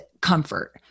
comfort